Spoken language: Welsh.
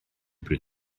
bryd